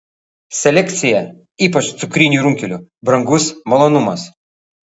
selekcija ypač cukrinių runkelių brangus malonumas